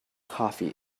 coffee